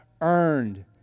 earned